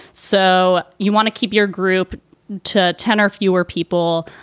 so you want to keep your group to ten or fewer people.